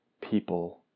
people